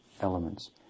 elements